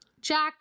Jack